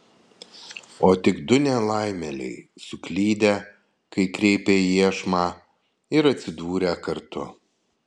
o tik du nelaimėliai suklydę kai kreipė iešmą ir atsidūrę kartu